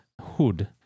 hood